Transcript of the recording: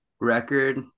record